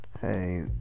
Hey